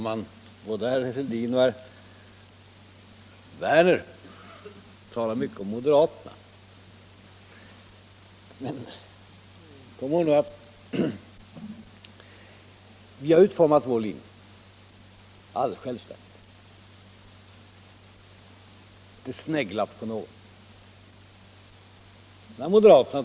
Men handlingsfriheten i fråga om kärnkraften?)